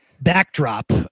backdrop